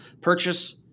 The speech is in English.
purchase